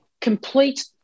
complete